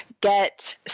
get